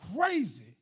crazy